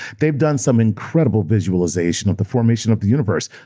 they've done some incredible visualization of the formation of the universe,